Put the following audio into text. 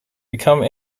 become